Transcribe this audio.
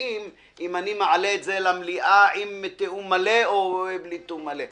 מתווכחים אם להעלות את זה למליאה עם תיאום מלא או בלי תיאום מלא.